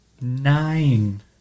Nine